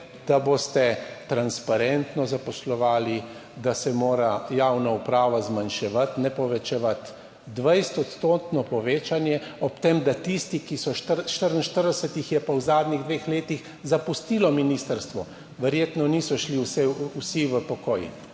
da boste transparentno zaposlovali, da se mora javna uprava zmanjševati, ne povečevati. 20 odstotno povečanje ob tem, da tisti, ki so, 44 jih je pa v zadnjih dveh letih zapustilo ministrstvo, verjetno niso šli vsi v pokoj,